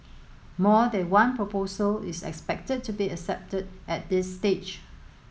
more than one proposal is expected to be accepted at this stage